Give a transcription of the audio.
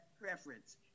preference